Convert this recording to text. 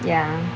ya